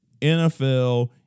NFL